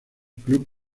club